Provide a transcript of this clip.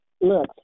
look